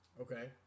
Okay